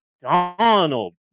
Donald